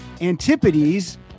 Antipodes